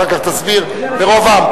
אחר כך תסבירי ברוב עם,